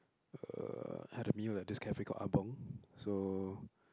uh had a meal at this cafe called Ah-Bung so